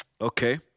Okay